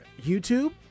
YouTube